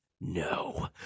No